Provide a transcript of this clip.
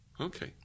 Okay